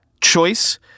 choice